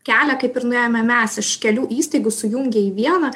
kelią kaip ir nuėjome mes iš kelių įstaigų sujungė į vieną